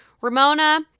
Ramona